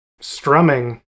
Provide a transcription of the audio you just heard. strumming